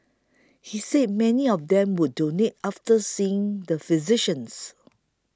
he said many of them would donate after seeing the physicians